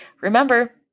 Remember